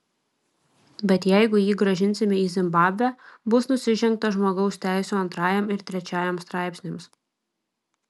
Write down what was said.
bet jeigu jį grąžinsime į zimbabvę bus nusižengta žmogaus teisių antrajam ir trečiajam straipsniams